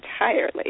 entirely